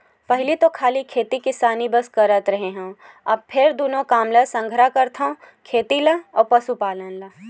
पहिली तो खाली खेती किसानी बस करत रेहे हँव, अब फेर दूनो काम ल संघरा करथव खेती ल अउ पसुपालन ल